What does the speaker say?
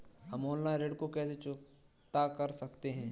हम ऑनलाइन ऋण को कैसे चुकता कर सकते हैं?